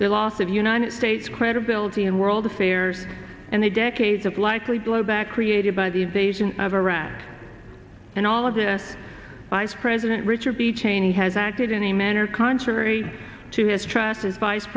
the loss of united states credibility in world affairs and the decades of likely blowback created by the beijing of iraq and all of the vice president richard b cheney has acted in a manner contrary to his trust as vice